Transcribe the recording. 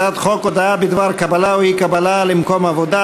הצעת חוק הודעה בדבר קבלה או אי-קבלה למקום עבודה,